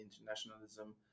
internationalism